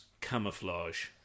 camouflage